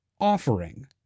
offering